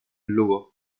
lugo